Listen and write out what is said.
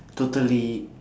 totally